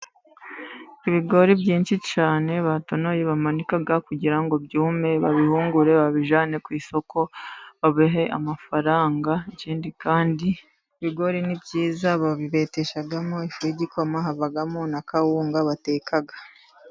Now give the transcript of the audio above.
Ibigori byinshi cyane batonoye, bamanika kugira ngo byume babihungure, babijyane ku isoko, babahe amafaranga, ikindi kandi ibigori ni byiza babibeteshamo ifu y'igikoma havagamo na kawunga bateka.